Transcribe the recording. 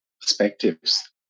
perspectives